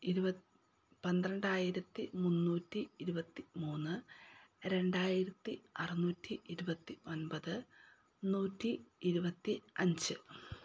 പന്ത്രണ്ടായിരത്തി മുന്നൂറ്റി ഇരുപത്തി മൂന്ന് രണ്ടായിരത്തി അറുന്നൂറ്റി ഇരുപത്തി ഒൻപത് നൂറ്റി ഇരുപത്തി അഞ്ച്